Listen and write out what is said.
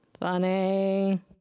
Funny